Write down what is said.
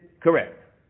Correct